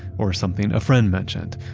or something a friend mentioned,